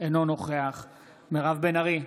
אינו נוכח מירב בן ארי,